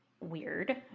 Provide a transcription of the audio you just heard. weird